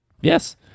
yes